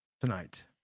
tonight